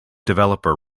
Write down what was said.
developer